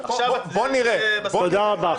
עכשיו נראה בסקרים ---\ תודה רבה.